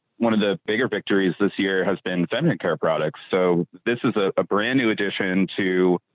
one of the bigger victories this year has been feminine care products. so this is a brand new addition too.